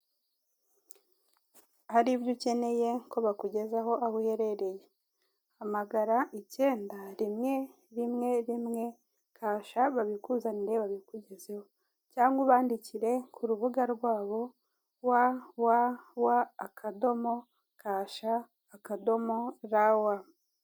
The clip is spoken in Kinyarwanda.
Hari ibyo ukeneye ko bakugezaho aho uherereye, hamagara icyenda, rimwe, rimwe, rimwe, Kasha babikuzanire, babikugezeho cyangwa ubandikire ku rubuga rwabo www. kasha.rw